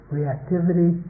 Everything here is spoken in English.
Reactivity